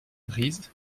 grise